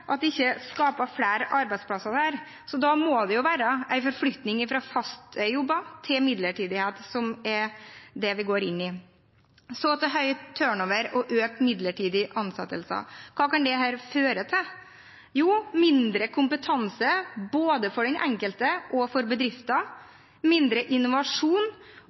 at dette ikke skaper flere arbeidsplasser, så da må jo en forflytning fra faste jobber til midlertidighet være det vi går inn i. Så til høy turnover og økt bruk av midlertidige ansettelser. Hva kan dette føre til? Jo, mindre kompetanse, både for den enkelte og for bedrifter, og mindre innovasjon.